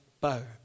bow